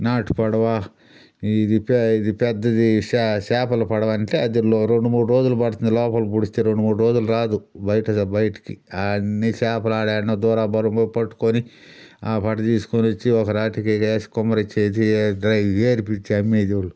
నాటు పడవ ఇది పే ఇది పెద్దది శా చేపల పడవ అంటే అదిలో రెండు మూడు రోజులు పడుతుంది లోపల పుడిస్తే రెండు మూడు రోజులు రాదు బయట బయటికి అన్ని చేపలు ఆడాన్నో దూర భారం పోయి పట్టుకొని ఆ పట్ట తీసుకొని వచ్చి ఒక రాత్రికి ఇడా వేసి కుమ్మరిచ్చేసి ఏర్పిచ్చి అమ్మేదిరు